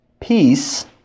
Peace